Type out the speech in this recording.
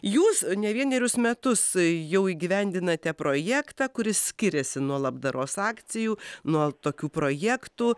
jūs ne vienerius metus jau įgyvendinate projektą kuris skiriasi nuo labdaros akcijų nuo tokių projektų